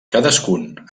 cadascun